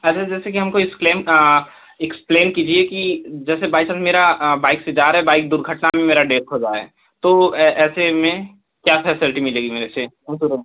अच्छा जैसे कि हमको एक्सलेम इक्सप्लेन कीजिए कि जैसे बाई चांस मेरा बाइक से जा रहे बाइक दुर्घटना में मेरा डेथ हो जाए तो ऐसे में क्या फैसेलटी मिलेगी मेरे से